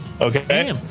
Okay